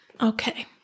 Okay